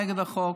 נגד החוק.